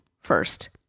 first